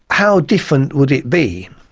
how different would it be?